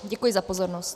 Děkuji za pozornost.